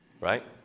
right